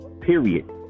Period